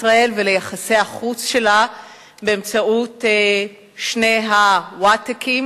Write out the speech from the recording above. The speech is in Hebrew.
ישראל וליחסי החוץ שלה באמצעות שני ה-WaTech,